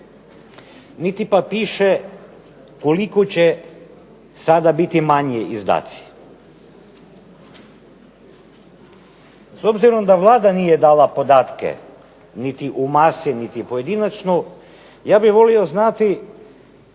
Niti pa piše koliko će sada biti manji izdaci. S obzirom da Vlada nije dala podatke niti u masi niti pojedinačno ja bih volio znati